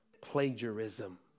Plagiarism